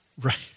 right